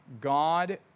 God